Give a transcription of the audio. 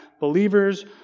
believers